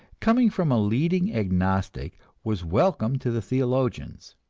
coming from a leading agnostic, was welcome to the theologians.